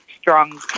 strong